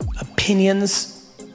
opinions